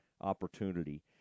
opportunity